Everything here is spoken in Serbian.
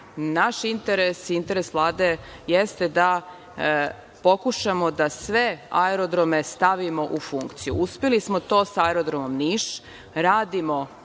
Naš interes, interes Vlade jeste da pokušamo da sve aerodrome stavimo u funkciju. Uspeli smo to sa aerodromom Niš, radimo